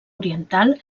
oriental